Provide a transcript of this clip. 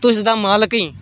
तूं इसदा मालक ऐ